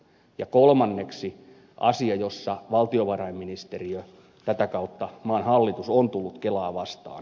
ja kolmanneksi asia jossa valtiovarainministeriö ja tätä kautta maan hallitus on tullut kelaa vastaan